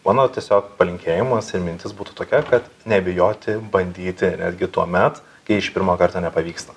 manau tiesiog palinkėjimuose mintis būtų tokia kad nebijoti bandyti netgi tuomet kai iš pirmo karto nepavyksta